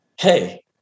hey